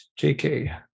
JK